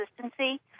consistency